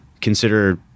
consider